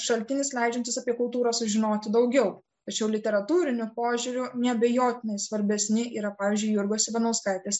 šaltinis leidžiantis apie kultūrą sužinoti daugiau tačiau literatūriniu požiūriu neabejotinai svarbesni yra pavyzdžiui jurgos ivanauskaitės